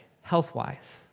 health-wise